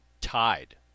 tied